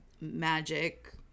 magic